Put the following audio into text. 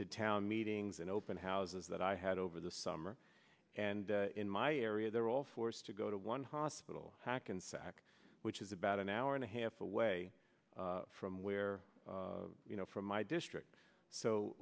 to town meetings and open houses that i had over the summer and in my area they're all forced to go to one hospital hackensack which is about an hour and a half away from where you know from my district so